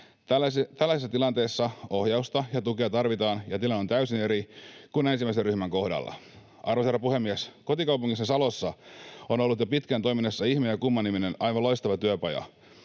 Tällaisessa tilanteessa ohjausta ja tukea tarvitaan, ja tilanne on täysin eri kuin ensimmäisen ryhmän kohdalla. Arvoisa herra puhemies! Kotikaupungissani Salossa on ollut jo pitkään toiminnassa Ihme ja Kumma -niminen, aivan loistava työpaja.